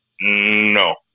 No